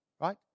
Right